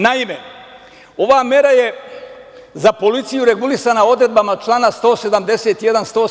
Naime, ova mera je za policiju regulisana odredbama člana 171, 172. i 173.